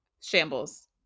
shambles